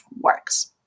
works